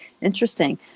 interesting